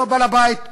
הוא הבעל-בית,